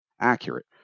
accurate